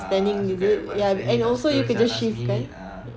ah suka advance planning tak suka macam last minute ah